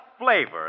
flavor